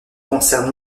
concernent